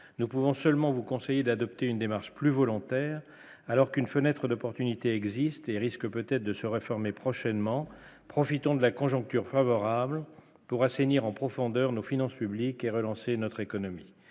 nous pouvons seulement vous conseille d'adopter une démarche plus volontaire alors qu'une fenêtre d'opportunité exister risque peut-être de se réformer prochainement, profitant de la conjoncture favorable pour assainir en profondeur nos finances publiques et relancer notre économie,